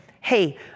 hey